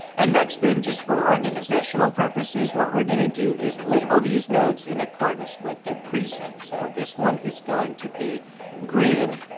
and next thing, just for organizational purposes, what we're going to do is label these nodes in accordance with the preset. so this one is going to be green.